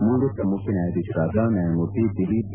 ನಿವೃತ್ತ ಮುಖ್ಯನ್ಕಾಯಾಧೀಶರಾದ ನ್ಯಾಯಮೂರ್ತಿ ದಿಲೀಪ್ ಬಿ